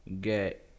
get